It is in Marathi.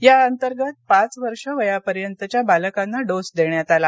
याअंतर्गत पाच वर्ष वयापर्यंतच्या बालकांना डोस देण्यात आला